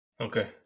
Okay